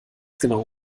genau